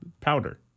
powder